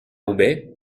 roubaix